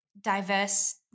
diverse